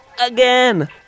Again